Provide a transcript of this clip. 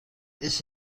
this